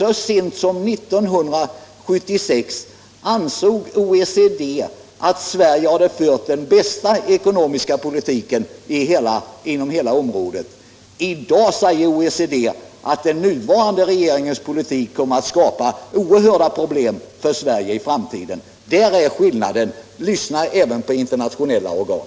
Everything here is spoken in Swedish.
Så sent som år 1976 ansåg OECD att Sverige fört den bästa ekonomiska politiken inom hela OECD-området. I dag säger man att den nuvarande regeringens politik kommer att skapa oerhörda problem för Sverige i framtiden. Där har vi skillnaden! Lyssna även på internationella organ!